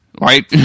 Right